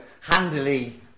handily